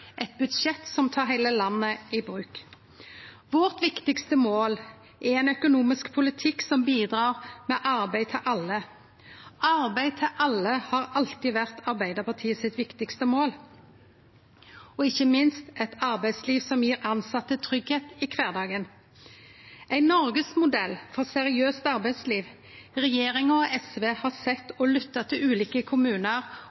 eit budsjett som tek heile landet i bruk. Vårt viktigaste mål er ein økonomisk politikk som bidreg med arbeid til alle. Arbeid til alle har alltid vore Arbeidarpartiets viktigaste mål – og ikkje minst eit arbeidsliv som gjev tilsette tryggleik i kvardagen. Ein noregsmodell for seriøst arbeidsliv – regjeringa og SV har